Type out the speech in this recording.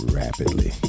rapidly